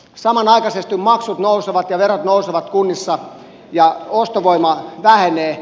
samanaikaisesti maksut nousevat ja verot nousevat kunnissa ja ostovoima vähenee